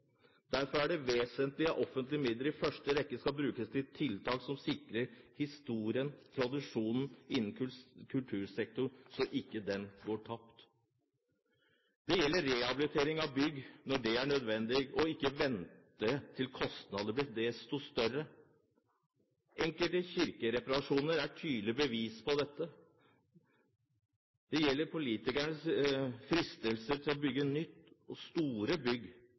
Derfor er det vesentlig at offentlige midler i første rekke brukes til tiltak som sikrer at historien og tradisjonene innen kultursektoren ikke går tapt. Det gjelder rehabilitering av bygg når det er nødvendig, at man ikke venter til kostnadene blir desto større. Enkelte kirkereparasjoner er tydelig bevis på dette. Det gjelder politikere som fristes til å bygge nye og store bygg,